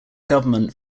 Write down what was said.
government